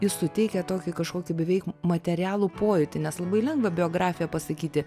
jis suteikia tokį kažkokį beveik materialų pojūtį nes labai lengva biografiją pasakyti